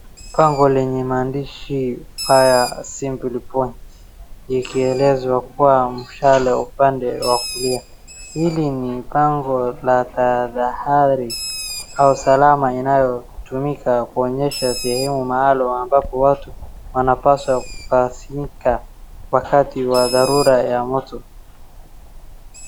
Bango lenye maandishi FIRE ASSEMBLY POINT likielezwa kuwa mshale upande wa kulia. Hili ni bango la tahadhari au usalama inayotumika kuonyesha sehemu maalum ambapo watu wanapaswa kukusanyika wakati wa dharura ya moto.